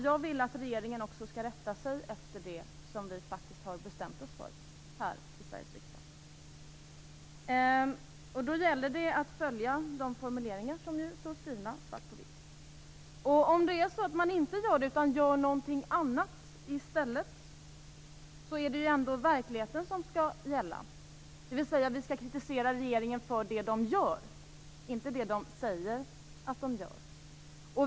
Jag vill att regeringen också skall rätta sig efter det som vi faktiskt har bestämt oss för här i Sveriges riksdag. Då gäller det att man följer de formuleringar som faktiskt står skrivna. Gör man inte det, utan gör något annat i stället, är det ändå verkligheten som skall gälla. Vi skall kritisera regeringen för det den gör, inte för det den säger att den gör.